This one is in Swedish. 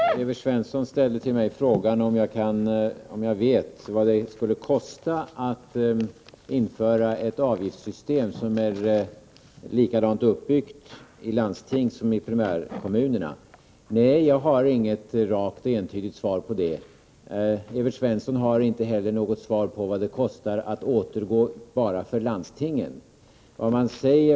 Herr talman! Evert Svensson ställde till mig frågan om jag vet vad det skulle kosta att införa ett avgiftssystem i landstingen som är likadant uppbyggt som i primärkommunerna. Nej, jag har inget rakt och entydigt svar på detta. Evert Svensson har heller inte något svar på vad det kostar att återgå bara för landstingen.